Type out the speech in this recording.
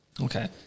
okay